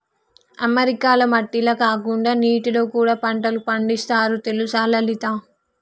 అమెరికాల మట్టిల కాకుండా నీటిలో కూడా పంటలు పండిస్తారు తెలుసా లలిత